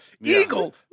Eagle